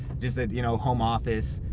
just a you know home office.